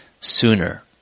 sooner